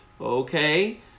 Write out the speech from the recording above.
okay